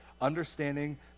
understanding